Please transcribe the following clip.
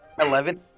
Eleven